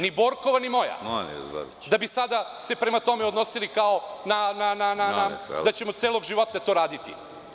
ni Borkova, ni moja, da bi se sada prema tome odnosili kao da ćemo celog života to raditi.